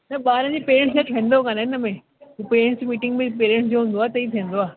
न ॿारनि जे पैरेंटस जो ठहंदो कान हिन में पैरेंटस मीटिंग में पैरेंटस जो हूंदो आहे त ई थींदो आहे